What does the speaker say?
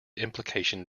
implication